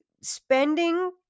spending